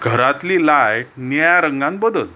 घरांतली लायट निळ्या रंगान बदल